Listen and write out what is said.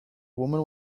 woman